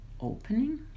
opening